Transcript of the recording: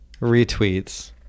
retweets